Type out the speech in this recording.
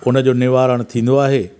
हुनजो निवारण थींदो आहे